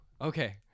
Okay